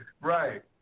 right